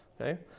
okay